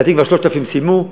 לדעתי כבר 3,000 סיימו,